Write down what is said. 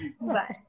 Bye